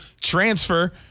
transfer